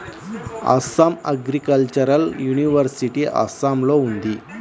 Assam agricultural university అస్సాంలో ఉంది